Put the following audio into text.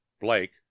blake